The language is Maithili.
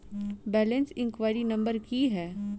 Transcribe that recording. बैलेंस इंक्वायरी नंबर की है?